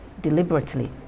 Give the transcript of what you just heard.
deliberately